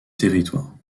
territoire